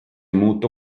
muutu